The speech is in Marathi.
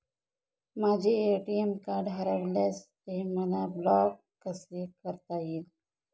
माझे ए.टी.एम कार्ड हरविल्यास ते मला ब्लॉक कसे करता येईल?